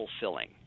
fulfilling